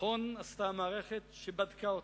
נכון עשתה המערכת שבדקה אותן.